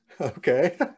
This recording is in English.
okay